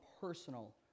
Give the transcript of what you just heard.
personal